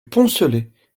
poncelet